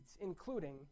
including